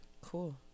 cool